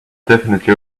definitely